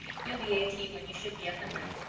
you'll be eighteen when you should be a hundred.